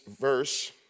verse